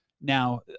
Now